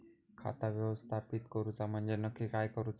खाता व्यवस्थापित करूचा म्हणजे नक्की काय करूचा?